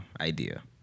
idea